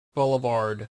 boulevard